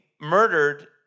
murdered